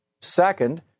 Second